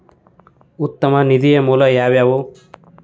ಉತ್ತಮ ನಿಧಿಯ ಮೂಲ ಯಾವವ್ಯಾವು?